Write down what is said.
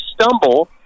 stumble